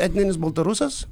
etninis baltarusas